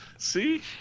see